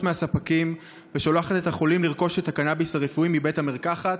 מהספקים ושולחת את החולים לרכוש את הקנאביס הרפואי בבית המרקחת,